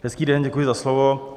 Hezký den, děkuji za slovo.